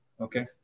Okay